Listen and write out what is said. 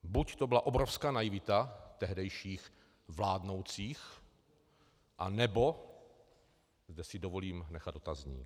Buď to byla obrovská naivita tehdejších vládnoucích, anebo kde si dovolím nechat otazník.